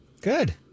Good